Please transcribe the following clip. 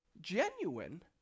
genuine